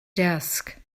desk